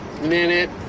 minute